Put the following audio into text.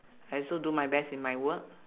I also do my best in my work